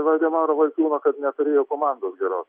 valdemaro valkiūno kad neturėjo komandos geros